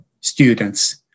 students